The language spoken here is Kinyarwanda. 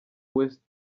west